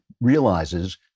realizes